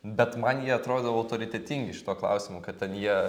bet man jie atrodo autoritetingi šituo klausimo kad ten jie